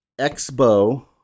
Expo